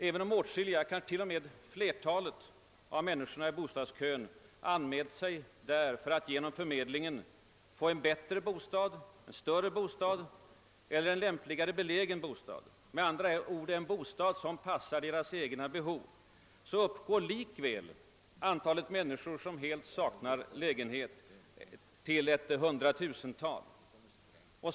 Även om åtskilliga och t.o.m. kanske flertalet av människorna i bostadskön anmält sig hos förmedlingen för att få en bättre bostad, större bostad eller lämpligare belägen bostad — med andra ord: en bostad som passar deras egna behov — så uppgår likväl antalet människor som helt saknar lägenhet till något hundratusental.